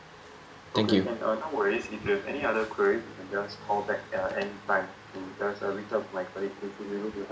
thank you